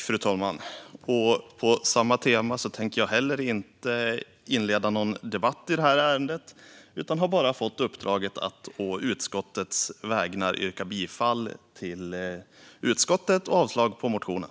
Fru talman! På samma tema tänker inte heller jag initiera någon debatt i ärendet, utan jag har fått i uppdrag att å utskottets vägnar endast yrka bifall till utskottets förslag och avslag på motionen.